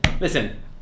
listen